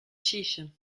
chiche